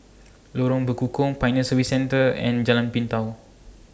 Lorong Bekukong Pioneer Service Centre and Jalan Pintau